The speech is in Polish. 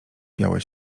białe